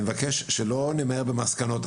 אני מבקש שלא נמהר במסקנות,